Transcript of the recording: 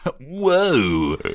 Whoa